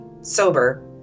sober